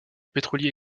pétrolier